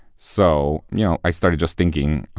so you know, i started just thinking,